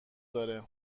داره